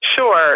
Sure